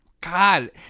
God